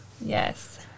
Yes